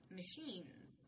machines